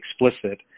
explicit